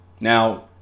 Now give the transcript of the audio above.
Now